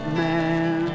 man